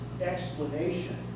explanation